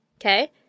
Okay